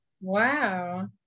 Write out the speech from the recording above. wow